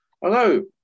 Hello